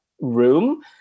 room